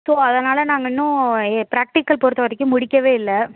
so அதனால் நாங்கள் இன்னும் ஏ ப்ராக்ட்டிக்கல் பொறுத்த வரைக்கும் முடிக்கவே இல்லை